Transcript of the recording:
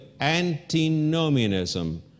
antinomianism